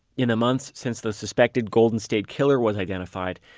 in the months since the suspected golden state killer was identified,